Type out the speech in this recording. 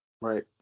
Right